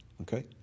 Okay